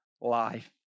life